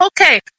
okay